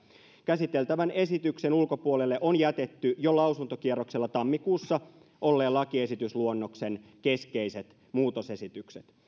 käsiteltävän esityksen ulkopuolelle on jätetty jo lausuntokierroksella tammikuussa olleen lakiesitysluonnoksen keskeiset muutosesitykset